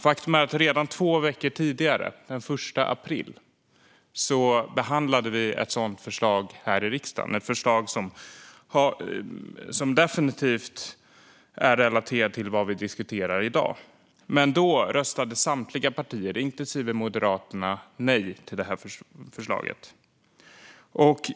Faktum är att redan två veckor tidigare, den 1 april, behandlade vi ett sådant förslag här i riksdagen, ett förslag som definitivt är relaterat till vad vi diskuterar i dag. Det förslaget röstade samtliga partier, inklusive Moderaterna, nej till.